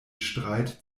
streit